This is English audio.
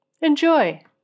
Enjoy